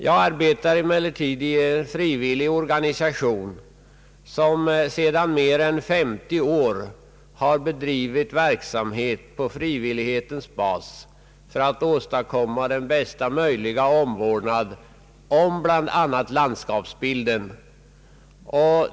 Jag arbetar i en frivillig organisation, som sedan mer än 50 år tillbaka har bedrivit verksamhet på frivillighetens bas för att åstadkomma den bästa möjliga omvårdnad om bl.a. landskapsbilden.